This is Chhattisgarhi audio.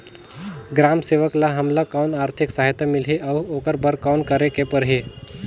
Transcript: ग्राम सेवक ल हमला कौन आरथिक सहायता मिलही अउ ओकर बर कौन करे के परही?